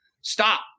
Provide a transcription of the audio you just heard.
Stop